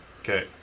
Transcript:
Okay